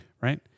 right